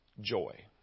joy